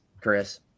Chris